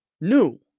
new